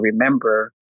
remember